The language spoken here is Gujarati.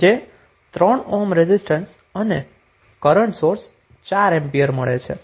જે 3 ઓહ્મ રેઝિસ્ટન્સ અને કરન્ટ સોર્સ 4 એમ્પિયર મળે છે